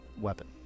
weapon